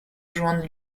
joindre